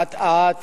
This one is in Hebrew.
אט-אט